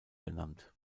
benannt